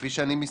כפי שאני מסתכל,